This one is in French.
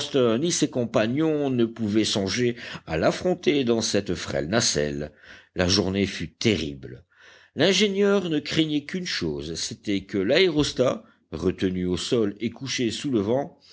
ni ses compagnons ne pouvaient songer à l'affronter dans cette frêle nacelle la journée fut terrible l'ingénieur ne craignait qu'une chose c'était que l'aérostat retenu au sol et couché sous le vent